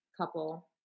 couple